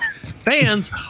fans